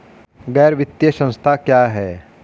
गैर वित्तीय संस्था क्या है?